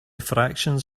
fractions